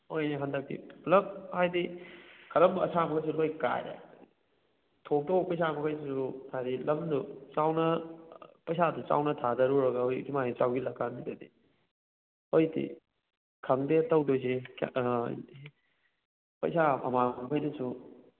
ꯍꯣꯏꯅꯦ ꯍꯟꯗꯛꯇꯤ ꯄꯨꯂꯞ ꯍꯥꯏꯗꯤ ꯈꯜꯂꯝꯕ ꯑꯁꯥꯈꯣꯏꯁꯨ ꯂꯣꯏ ꯀꯥꯏꯔꯦ ꯊꯣꯛꯇꯧꯕ ꯄꯩꯁꯥ ꯃꯈꯩꯗꯨꯁꯨ ꯍꯥꯏꯗꯤ ꯂꯝꯗꯨ ꯆꯥꯎꯅ ꯄꯩꯁꯥꯗꯨ ꯆꯥꯎꯅ ꯊꯥꯗꯔꯨꯔꯒ ꯍꯧꯖꯤꯛ ꯁꯨꯃꯥꯏꯅ ꯆꯥꯎꯁꯤꯜꯂ ꯀꯥꯟꯁꯤꯗꯗꯤ ꯍꯧꯖꯤꯛꯇꯤ ꯈꯪꯗꯦ ꯇꯧꯗꯣꯏꯁꯤ ꯄꯩꯁꯥ ꯑꯃꯥꯡꯕꯈꯣꯏꯗꯨꯁꯨ